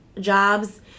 jobs